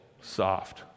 soft